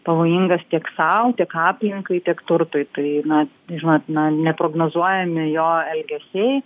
pavojingas tiek sau tiek aplinkai tiek turtui tai na žinot na neprognozuojami jo elgesiai